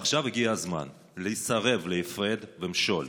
ועכשיו הגיע הזמן לסרב להפרד ומשול,